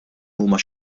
huma